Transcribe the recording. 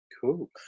Cool